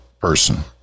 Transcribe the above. person